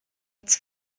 its